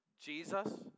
Jesus